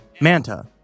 Manta